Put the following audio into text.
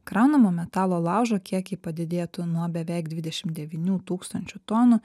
kraunamo metalo laužo kiekiai padidėtų nuo beveik dvidešimt devynių tūkstančių tonų